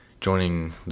joining